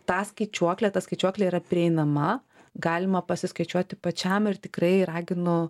tą skaičiuoklę ta skaičiuoklė yra prieinama galima pasiskaičiuoti pačiam ir tikrai raginu